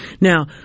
Now